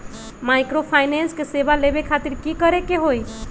Microfinance के सेवा लेबे खातीर की करे के होई?